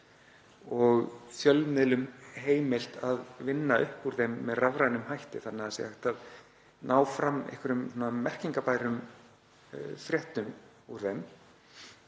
og fjölmiðlum heimilt að vinna upp úr þeim með rafrænum hætti þannig að hægt er að ná fram einhverjum merkingarbærum fréttum úr þeim.